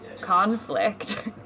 conflict